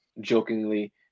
jokingly